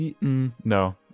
No